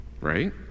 right